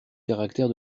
caractère